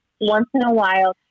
once-in-a-while